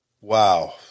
wow